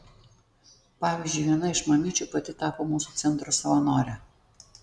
pavyzdžiui viena iš mamyčių pati tapo mūsų centro savanore